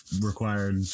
Required